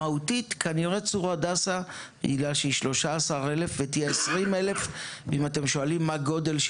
צור הדסה היא 13,000 והיא תהיה 20,000. אם אתם שואלים מה גודלו